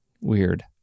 Weird